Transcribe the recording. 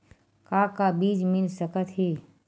का का बीज मिल सकत हे?